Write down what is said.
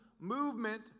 movement